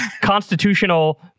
constitutional